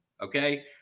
okay